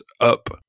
up